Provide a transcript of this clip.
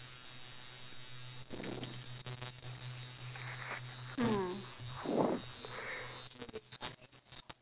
hmm